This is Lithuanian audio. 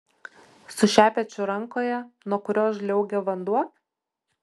su šepečiu rankoje nuo kurio žliaugia vanduo